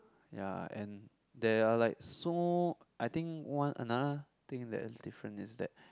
ya and there are like so I think one another thing that is different is that